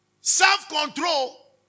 Self-control